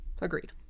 Agreed